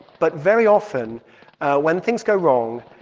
but very often when things go wrong,